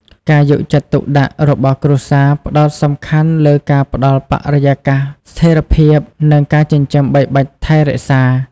ការយកចិត្តទុកដាក់របស់គ្រួសារផ្តោតសំខាន់លើការផ្ដល់បរិយាកាសស្ថិរភាព និងការចិញ្ចឹមបីបាច់ថែរក្សា។